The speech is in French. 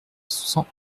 cent